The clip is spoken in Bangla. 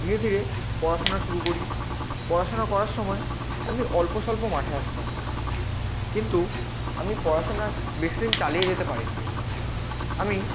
ধীরে ধীরে পড়াশোনা শুরু করি পড়াশোনা করার সময় আমি অল্প স্বল্প মাঠে আসতাম কিন্তু আমি পড়াশোনা বেশি দিন চালিয়ে যেতে পারি নি আমি